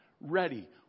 ready